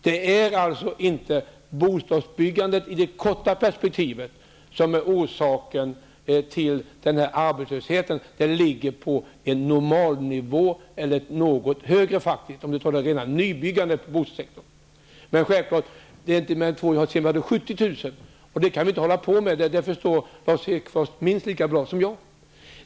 Det är alltså inte bostadsbyggandet på kort sikt som är orsaken till arbetslösheten. Det handlar här om en normalnivå, eller kanske om en något högre nivå. Jag menar då rena nybyggandet inom bostadssektorn. Siffran 70 000 har nämnts. Men så här kan vi inte fortsätta. Det förstår Lars Hedfors minst lika bra som jag.